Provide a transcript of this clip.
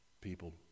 people